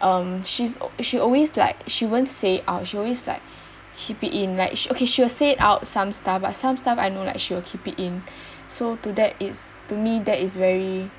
um she's she always like she won't say it out she always like keep it in like she okay she will say it out some stuff but some stuff I know like she will keep it in so to that is to me that is very